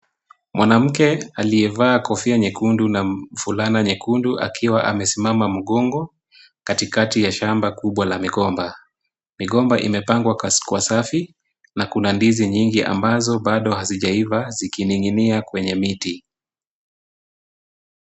Mwanamke aliyevaa kofia nyekundu na fulana nyekundu akiwa amesimama mgongo katikati ya shamba kubwa la migomba. Migomba imepangwa kwa safi, na kuna ndizi nyingi ambazo bado hazijaiva zikining'inia kwenye miti.